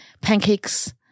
pancakes